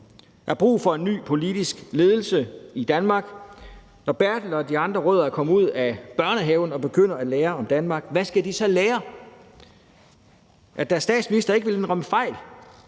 der er brug for en ny politisk ledelse i Danmark. Når Bertel og de andre rødder er kommet ud af børnehaven og begynder at lære om Danmark, hvad skal de så lære? At deres statsminister ikke vil indrømme fejl,